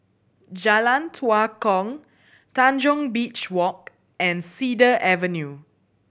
Jalan Tua Kong Tanjong Beach Walk and Cedar Avenue